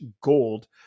gold